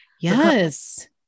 Yes